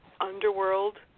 underworld